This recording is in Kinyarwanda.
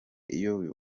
iyoboye